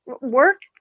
work